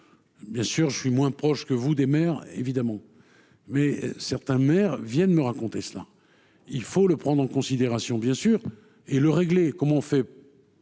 bien sûr, je suis moins proche que vous des maires, évidemment, mais certains maires viennent me racontait cela, il faut le prendre en considération, bien sûr, et le régler, comment on fait.